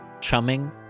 Chumming